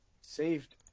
saved